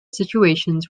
situations